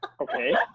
Okay